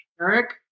Eric